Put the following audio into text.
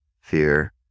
fear